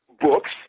books